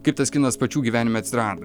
kaip tas kinas pačių gyvenime atsirado